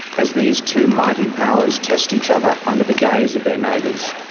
as these two mighty powers test each other under the gaze of their neighbours.